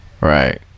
Right